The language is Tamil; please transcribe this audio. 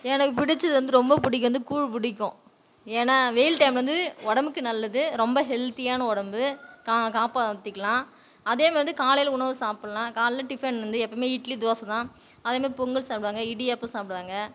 எனக்கு பிடிச்சது வந்து ரொம்ப பிடிக்கும் வந்து கூழ் பிடிக்கும் ஏன்னா வெயில் டைம்ல வந்து உடம்புக்கு நல்லது ரொம்ப ஹெல்த்தியான உடம்பு காப்பாற்றிக்கலாம் அதேமாதிரி காலையில் உணவு சாப்பிடலாம் காலையில டிஃபன் வந்து எப்பவுமே இட்லி தோசைதான் அதேமாதிரி பொங்கல் சாப்பிடுவாங்க இடியாப்பம் சாப்பிடுவாங்க